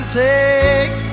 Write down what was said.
take